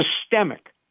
systemic